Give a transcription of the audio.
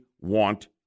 want